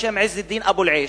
בשם עז א-דין אבו אל-עייש,